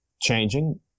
changing